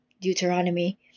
Deuteronomy